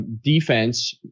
defense